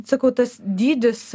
sakau tas dydis